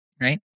right